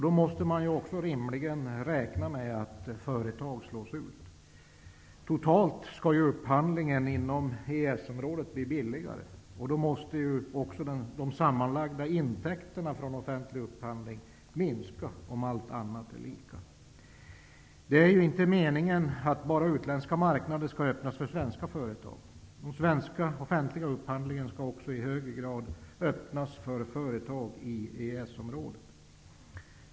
Då måste man rimligen räkna med att företag slås ut. Totalt skall upphandlingen inom EES-området bli billigare, och då måste ju, om allt annat är lika, de sammanlagda intäkterna från den offentliga upphandlingen minska. Det är inte meningen att bara utländska marknader skall öppnas för svenska företag. Den svenska offentliga upphandlingen skall också i hög grad öppnas för företag i EES-området.